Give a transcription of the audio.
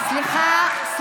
סליחה.